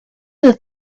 the